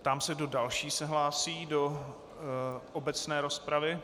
Ptám se, kdo další se hlásí do obecné rozpravy.